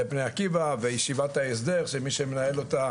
בני עקיבא וישיבת ההסדר שמי שמנהל אותה